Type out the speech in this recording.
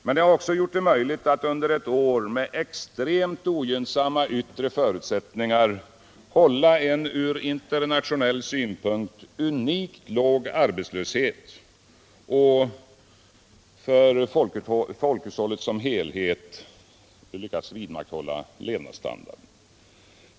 Men den har också gjort det möjligt att under ett år med extremt ogynnsamma yttre förutsättningar hålla en ur internationell synpunkt unikt låg arbetslöshet, och vi har för folkhushållet som helhet lyckats vidmakthålla levnadsstandarden.